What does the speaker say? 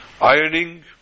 Ironing